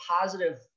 positive